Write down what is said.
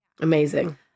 Amazing